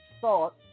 thought